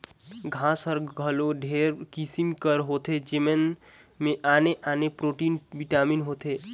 घांस हर घलो ढेरे किसिम कर होथे जेमन में आने आने प्रोटीन, बिटामिन होथे